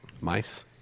Mice